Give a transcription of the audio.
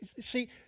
see